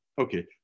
Okay